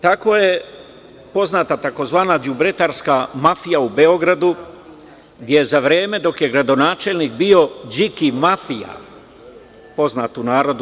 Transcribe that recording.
Tako je poznata tzv. „đubretarska mafija“ u Beogradu za vreme dok je gradonačelnik bio Điki mafija, poznat u narodu.